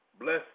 Bless